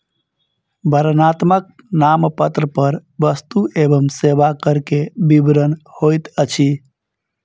वर्णनात्मक नामपत्र पर वस्तु एवं सेवा कर के विवरण होइत अछि